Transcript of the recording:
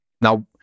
Now